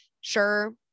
Sure